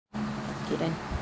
okay done